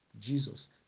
Jesus